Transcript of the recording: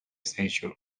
sensual